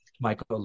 Michael